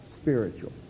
spiritual